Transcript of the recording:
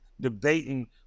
debating